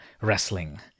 wrestling